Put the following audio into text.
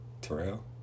Terrell